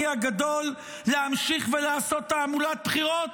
הגדול להמשיך ולעשות תעמולת בחירות?